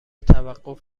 توقف